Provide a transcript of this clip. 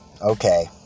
Okay